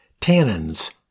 tannins